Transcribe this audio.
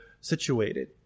situated